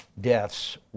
deaths